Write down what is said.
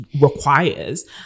requires